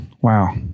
Wow